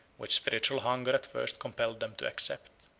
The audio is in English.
which spiritual hunger at first compelled them to accept.